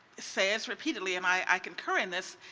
says repeatedly, and i concur in this,